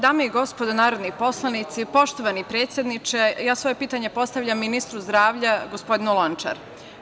Dame i gospodo narodni poslanici, poštovani predsedniče, ja svoje pitanje postavljam ministru zdravlja, gospodinu Lončar.